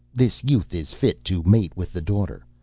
this youth is fit to mate with the daughter.